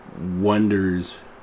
wonders